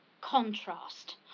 contrast